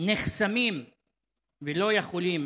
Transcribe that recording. נחסמים ולא יכולים,